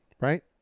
right